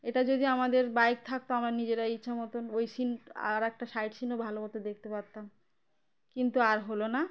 এটা যদি আমাদের বাইক থাকত আমার নিজেরাই ইচ্ছা মতন ওই সিন আর একটা সাইট সিনও ভালো মতো দেখতে পারতাম কিন্তু আর হলো না